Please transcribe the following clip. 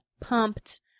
pumped